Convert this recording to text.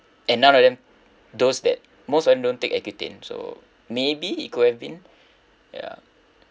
and none of them those that most of them don't take accutane so maybe it could have been ya